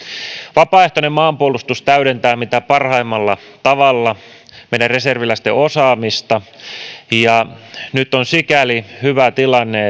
vapaaehtoinen maanpuolustus täydentää mitä parhaimmalla tavalla meidän reserviläistemme osaamista ja nyt on hyvä tilanne